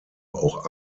auch